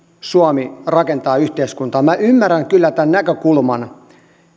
suomi rakentaa yhteiskuntaa minä ymmärrän kyllä tämän näkökulman